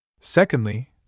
Secondly